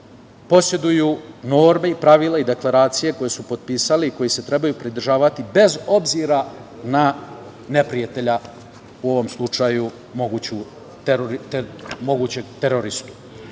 poseduju norme, pravila i deklaracije koje su potpisali i kojih se trebaju podržavati, bez obzira na neprijatelja, u ovom slučaju mogućeg teroristu. Mi